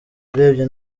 urebye